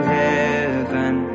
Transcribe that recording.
heaven